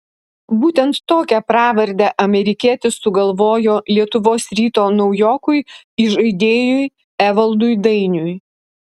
būtent tokią pravardę amerikietis sugalvojo lietuvos ryto naujokui įžaidėjui evaldui dainiui